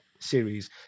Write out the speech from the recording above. Series